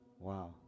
Wow